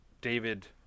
David